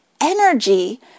energy